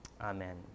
amen